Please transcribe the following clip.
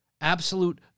absolute